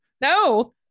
No